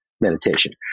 meditation